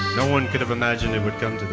no one could have imagined it would come to